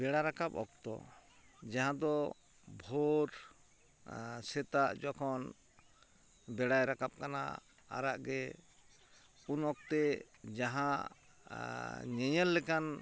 ᱵᱮᱲᱟ ᱨᱟᱠᱟᱯ ᱚᱠᱛᱚ ᱡᱟᱦᱟᱸ ᱫᱚ ᱵᱷᱳᱨ ᱥᱮᱛᱟᱜ ᱡᱚᱠᱷᱚᱱ ᱵᱮᱲᱟᱭ ᱨᱟᱠᱟᱯ ᱠᱟᱱᱟ ᱟᱨᱟᱜ ᱜᱮ ᱩᱱ ᱚᱠᱛᱮ ᱡᱟᱦᱟᱸ ᱧᱮᱧᱮᱞ ᱞᱮᱠᱟᱱ